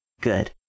Good